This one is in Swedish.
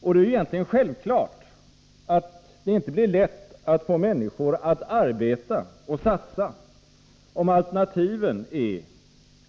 Och det är ju egentligen självklart att det inte blir lätt att få människor att arbeta och satsa, om alternativen är